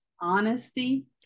honesty